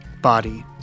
body